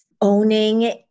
owning